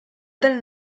del